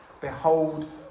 behold